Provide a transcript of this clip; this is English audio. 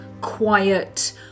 quiet